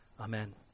Amen